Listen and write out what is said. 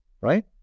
right